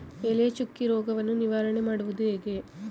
ಎಲೆ ಚುಕ್ಕಿ ರೋಗವನ್ನು ನಿವಾರಣೆ ಮಾಡುವುದು ಹೇಗೆ?